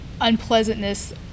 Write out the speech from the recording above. unpleasantness